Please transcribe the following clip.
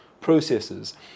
processes